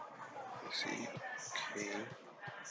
I see okay